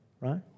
right